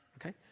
Okay